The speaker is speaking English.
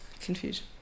Confusion